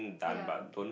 ya